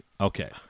Okay